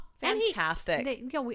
fantastic